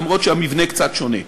אף שהמבנה קצת שונה.